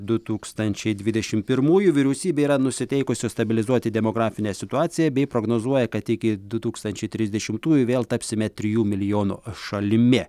du tūkstančiai dvidešim pirmųjų vyriausybė yra nusiteikusi stabilizuoti demografinę situaciją bei prognozuoja kad iki du tūkstančiai trisdešimtųjų vėl tapsime trijų milijonų šalimi